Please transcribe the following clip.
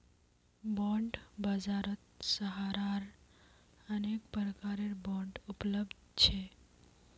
bond बाजारत सहारार अनेक प्रकारेर बांड उपलब्ध छ